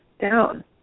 down